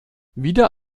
wieder